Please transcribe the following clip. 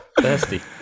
Thirsty